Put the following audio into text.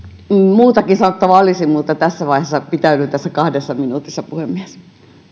muutakin sanottavaa olisi mutta tässä vaiheessa pitäydyn tässä kahdessa minuutissa puhemies